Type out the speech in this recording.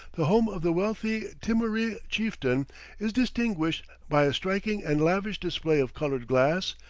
the home of the wealthy timuree chieftain is distinguished by a striking and lavish display of colored glass,